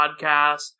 Podcast